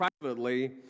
privately